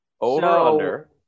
Over-under